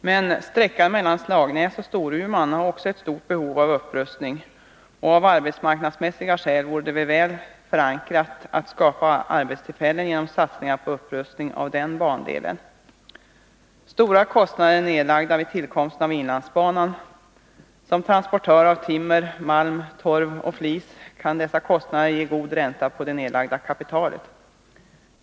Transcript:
Men för sträckan mellan Slagnäs och Storuman finns det också ett stort behov av upprustning, och av arbetsmarknadsmässiga skäl vore det en väl förankrad åtgärd att skapa arbetstillfällen genom satsningar på upprustning av den bandelen. Stora kostnader har nedlagts vid tillkomsten av Inlandsbanan. Transport av timmer, malm, torv och flis kan ge god ränta på det nedlagda kapitalet.